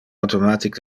automatic